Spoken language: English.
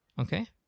Okay